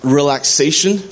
relaxation